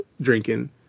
drinking